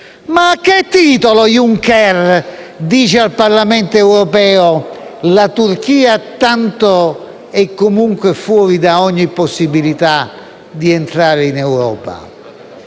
Ma a che titolo Juncker dice al Parlamento europeo che, tanto, la Turchia è comunque fuori da ogni possibilità di entrare in Europa?